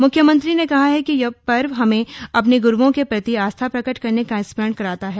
म्ख्यमंत्री ने कहा कि यह पर्व हमें अपने ग्रूओं के प्रति आस्था प्रकट करने का स्मरण कराता है